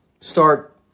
start